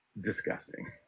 disgusting